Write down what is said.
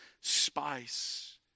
spice